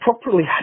properly